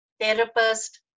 therapist